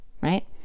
right